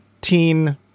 teen